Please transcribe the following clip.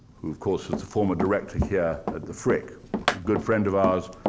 who, of course, was the former director here at the frick. a good friend of ours,